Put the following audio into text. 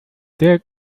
der